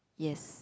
yes